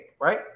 right